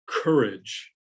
courage